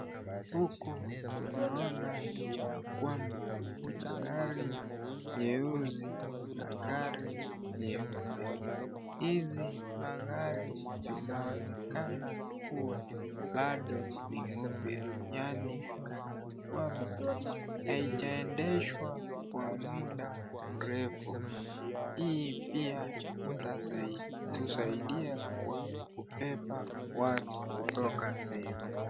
Huku tunaona ya kwamba kuna gari nyeusi na gari nyeupe. Hizi magari zinaonekana kuwa bado ni mupya yaani kana kwamba halijaendeshwa kwa muda mrefu. Hii pia itatusaidia kwa kubeba watu kutoka sehemu moja.